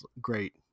Great